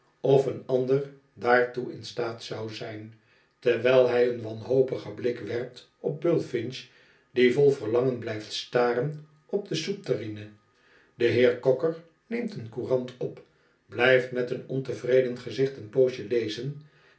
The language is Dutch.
of een ander daartoe in staat zou zijn terwijl hij een wanhopigen blik werpt op bullfinch die vol verlangen blijft staren op de soepterrine de heer cocker neemt een courant op blijft met een ontevreden gezicht een poosje lezen